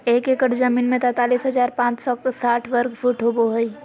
एक एकड़ जमीन में तैंतालीस हजार पांच सौ साठ वर्ग फुट होबो हइ